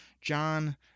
John